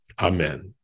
Amen